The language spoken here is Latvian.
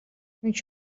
viņš